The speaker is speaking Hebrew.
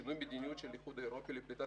שינוי מדיניות של האיחוד האירופי לפליטת